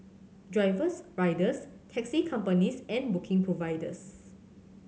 drivers riders taxi companies and booking providers